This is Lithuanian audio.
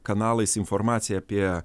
kanalais informaciją apie